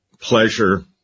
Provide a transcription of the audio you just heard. pleasure